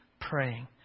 praying